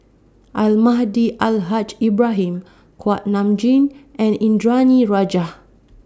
Almahdi Al Haj Ibrahim Kuak Nam Jin and Indranee Rajah